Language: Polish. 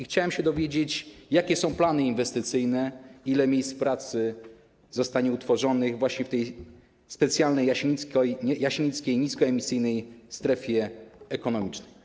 Chciałem się dowiedzieć, jakie są plany inwestycyjne, ile miejsc pracy zostanie utworzonych właśnie w tej specjalnej Jasienickiej Niskoemisyjnej Strefie Ekonomicznej.